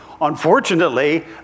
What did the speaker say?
Unfortunately